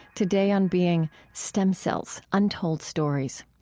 today on being stem cells untold stories.